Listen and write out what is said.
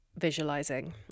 visualizing